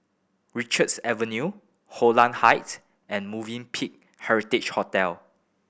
Richards Avenue Holland Heights and Movenpick Heritage Hotel